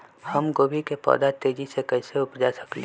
हम गोभी के पौधा तेजी से कैसे उपजा सकली ह?